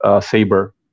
Saber